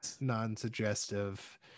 non-suggestive